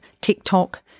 TikTok